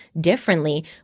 differently